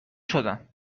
شدن